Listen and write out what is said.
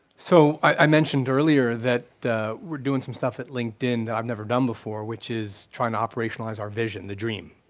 so i mentioned earlier that we're doing some stuff at linkedin that i've never done before, which is trying to operationalize our vision, the dream,